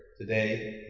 today